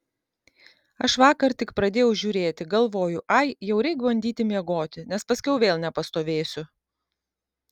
aš vakar tik pradėjau žiūrėti galvoju ai jau reik bandyti miegoti nes paskiau vėl nepastovėsiu